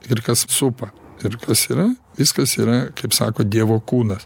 ir kas supa ir kas yra viskas yra kaip sako dievo kūnas